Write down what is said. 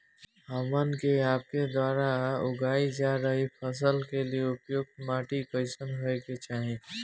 हमन के आपके द्वारा उगाई जा रही फसल के लिए उपयुक्त माटी कईसन होय के चाहीं?